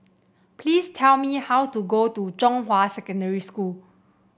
please tell me how to go to Zhonghua Secondary School